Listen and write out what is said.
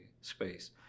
space